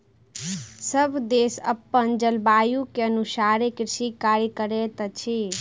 सभ देश अपन जलवायु के अनुसारे कृषि कार्य करैत अछि